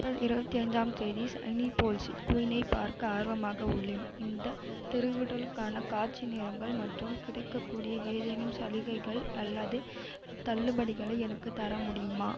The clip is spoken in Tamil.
ஏப்ரல் இருபத்தி ஐந்தாம் தேதி சனி போல்ஸி குயினைப் பார்க்க ஆர்வமாக உள்ளேன் இந்த திருக்கிடலுக்கான காட்சி நேரங்கள் மற்றும் கிடைக்கக்கூடிய ஏதேனும் சலுகைகள் அல்லது தள்ளுபடிகளை எனக்குத் தர முடியுமா